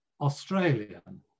Australian